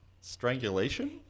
Strangulation